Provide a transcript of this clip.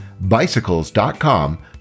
bicycles.com